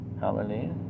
Hallelujah